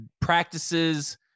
practices